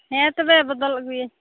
ᱦᱮᱸ ᱛᱚᱵᱮ ᱵᱚᱫᱚᱞ ᱟᱹᱜᱩᱭᱟᱹᱧ